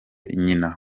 nyina